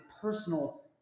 personal